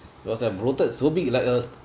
was uh bloated so big like a